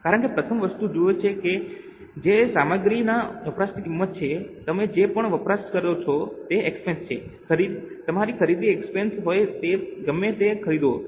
કારણ કે પ્રથમ વસ્તુ જુઓ કે જે સામગ્રીના વપરાશની કિંમત છે તમે જે પણ વપરાશ કરો છો તે એક્સપેન્સ છે તમારી ખરીદી એક્સપેન્સ હોય તે ગમે તે ખરીદો